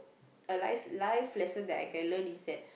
a lif~ life lesson I can learn is that